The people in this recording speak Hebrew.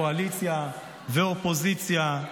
קואליציה ואופוזיציה,